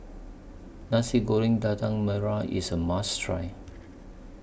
Nasi Goreng Daging Merah IS A must Try